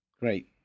Great